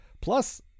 Plus